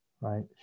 right